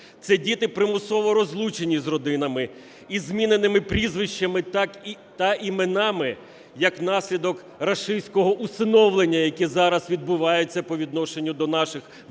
це діти, примусово розлучені з родинами із зміненими прізвищами та іменами як наслідок рашистського усиновлення, яке зараз відбувається по відношенню до наших викрадених